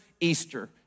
Easter